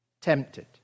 tempted